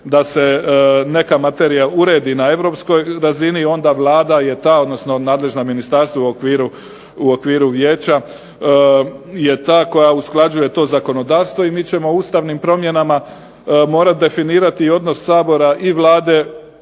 da se neka materija uredi na europskoj razini onda Vlada je ta, odnosno nadležna ministarstva u okviru vijeća, je ta koja usklađuje to zakonodavstvo i mi ćemo ustavnim promjenama morati definirati i odnos Sabora i Vlade